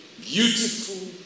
beautiful